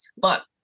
but-